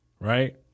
right